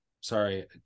sorry